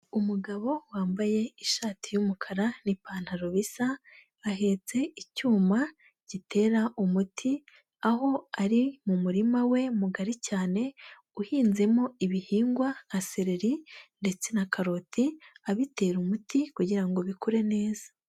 Umugabo wambaye ishati y'umukara n'ipantaro bisa ahetse icyuma gitera umuti, aho ari mumuma we mugari cyane uhinzemo ibihingwa nka sereri ndetse na karoti abitera umuti kugirango bikure neza.